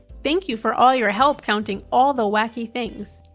thank you for all your help counting all the wacky things.